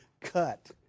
cut